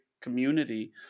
community